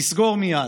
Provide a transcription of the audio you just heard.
תסגור מייד.